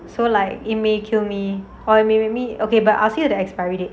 so like it may kill me or maybe okay but I'll see the expiry date